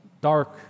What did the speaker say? dark